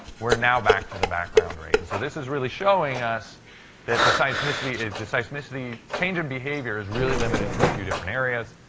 we're now back to the background rate. and so this is really showing us that the seismicity the seismicity change in behavior is really limited to a few different areas.